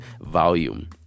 volume